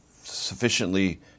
sufficiently